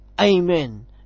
amen